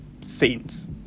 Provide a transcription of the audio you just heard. scenes